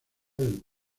del